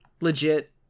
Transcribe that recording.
legit